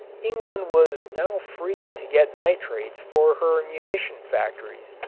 england was now free to get nitrates for her munition factories,